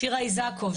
שירה איסקוב,